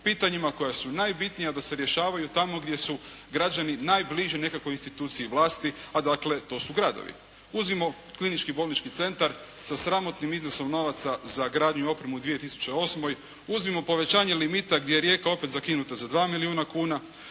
pitanjima koja su najbitnija da se rješavaju tamo gdje su građani najbliži nekako instituciji vlasti, a dakle to su gradovi. Uzmimo Klinički bolnički centar sa sramotnim iznosom novaca za gradnju i opremu u 2008. Uzmimo povećanje limita gdje je Rijeka opet zakinuta za 2 milijuna kuna.